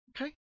okay